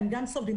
הם גם סובלים,